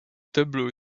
tableau